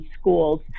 schools